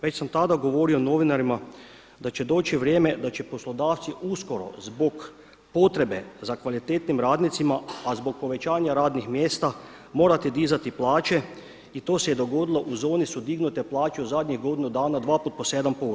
Već sam tada govorio novinarima da će doći vrijeme da će poslodavci uskoro zbog potrebe za kvalitetnim radnicima, a zbog povećanja radnih mjesta morati dizati plaće i to se dogodilo u zoni su dignute plaće u zadnjih godinu dana dva puta po 7%